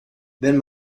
wenn